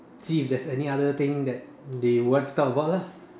see if there's any other thing that they want to talk about lah